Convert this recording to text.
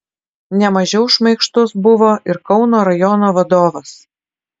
ne mažiau šmaikštus buvo ir kauno rajono vadovas